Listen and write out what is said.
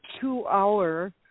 two-hour